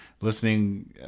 listening